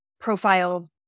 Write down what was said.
profile